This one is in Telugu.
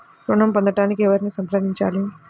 ఋణం పొందటానికి ఎవరిని సంప్రదించాలి?